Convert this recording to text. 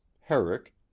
Herrick